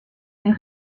est